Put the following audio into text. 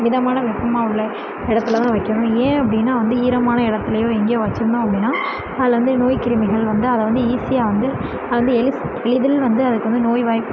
மிதமான வெப்பமாக உள்ள இடத்துலதான் வைக்கணும் ஏன் அப்படின்னா வந்து ஈரமான இடத்துலையோ எங்கேயோ வைத்தோம்னா அப்படின்னா அதில் வந்து நோய்க்கிருமிகள் வந்து அதை வந்து ஈஸியாக வந்து அதை வந்து எளி எளிதில் வந்து அதுக்கு வந்து நோய்வாய்